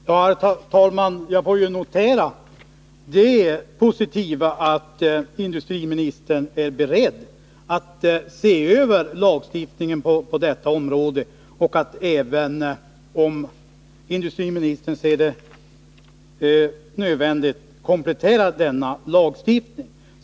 Herr talman! Jag får notera som positivt att industriministern är beredd att se över lagstiftningen på detta område och, om industriministern anser det nödvändigt, komplettera denna lagstiftning.